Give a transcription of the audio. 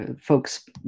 folks